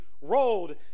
rolled